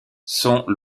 sont